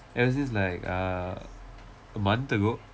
ever since like uh a month ago